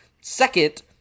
Second